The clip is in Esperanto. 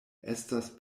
estas